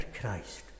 Christ